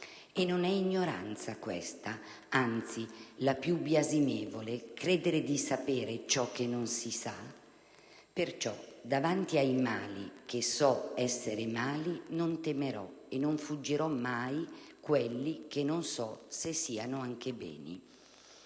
Non è ignoranza questa, anzi la più biasimevole, credere di sapere ciò che non si sa? Perciò, davanti ai mali che so essere mali non temerò e non fuggirò mai quelli che non so se siano anche beni».